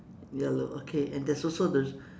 yellow okay and there's also this